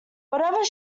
whatever